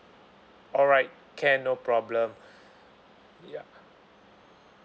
alright can no problem yup